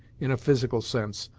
in a physical sense,